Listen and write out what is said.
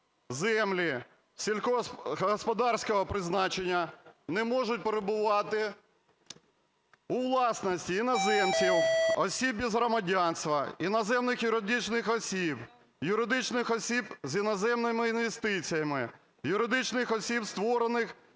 "Землі сільськогосподарського призначення не можуть перебувати у власності іноземців, осіб без громадянства, іноземних осіб, юридичних осіб з іноземними інвестиціями, юридичних осіб, створених